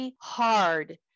Hard